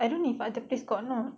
I don't know if other place got or not